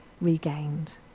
regained